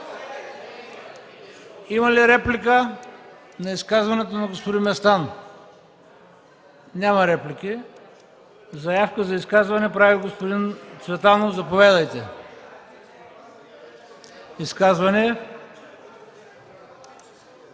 Има ли реплики на изказването на господин Местан? Няма реплики. Заявка за изказване прави господин Цветанов. Заповядайте – изказване.